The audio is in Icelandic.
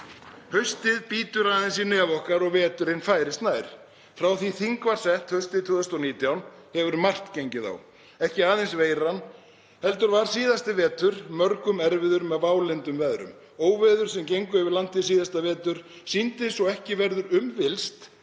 Haustið bítur aðeins í nef okkar og veturinn færist nær. Frá því að þing var sett haustið 2019 hefur margt gengið á, ekki aðeins veiran heldur var síðasti vetur mörgum erfiðum með vályndum veðrum. Óveður sem gengu yfir landið síðasta vetur sýndu svo ekki verður um villst